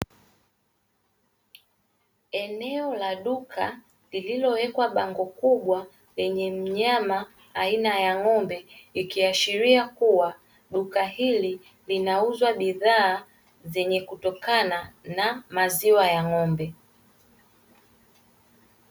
Eneo la duka lililowekwa bango kubwa lenye mnyama aina ya ng'ombe, ikiashiria kuwa duka hili linauzwa bidhaa zenye kutokana na maziwa ya ng'ombe.